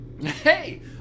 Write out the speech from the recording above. Hey